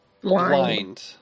blind